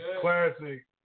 Classic